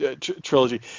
trilogy